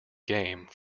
game